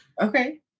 Okay